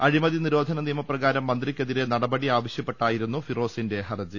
അഴിമതി നിരോധന നിയമപ്രകാരം മന്ത്രിക്കെതിരെ നടപടി ആവശൃപ്പെട്ടായി രുന്നു ഫിറോസിന്റെ ഹർജി